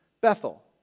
Bethel